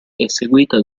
eseguita